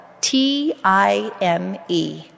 T-I-M-E